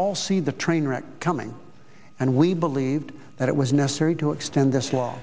all see the train wreck coming and we believed that it was necessary to extend this law